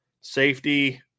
safety